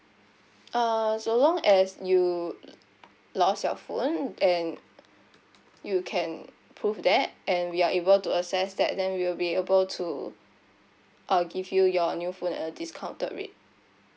uh so long as you lost your phone and you can prove that and we are able to assess that then we'll be able to uh give you your new phone at a discounted rate